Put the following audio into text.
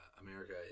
America